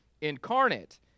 incarnate